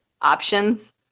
options